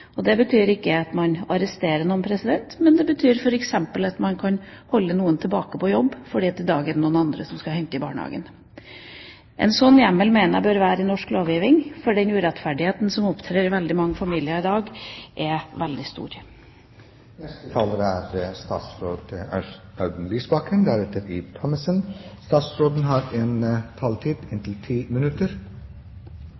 Det betyr ikke at man arresterer noen, men det betyr f.eks. at man kan holde noen tilbake på jobb fordi det den dagen er noen andre som skal hente i barnehagen. En sånn hjemmel mener jeg bør finnes i norsk lovgivning, for den urettferdigheten som opptrer i veldig mange familier i dag, er veldig stor.